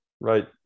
Right